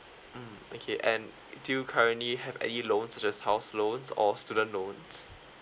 mm okay and do you currently have any loan such as house loans or student loans